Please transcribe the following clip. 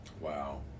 Wow